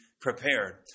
Prepared